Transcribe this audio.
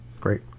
great